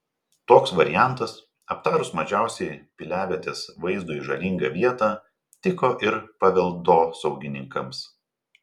toks variantas aptarus mažiausiai piliavietės vaizdui žalingą vietą tiko ir paveldosaugininkams